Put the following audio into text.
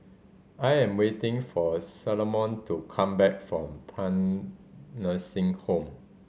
I am waiting for Salome to come back from Paean Nursing Home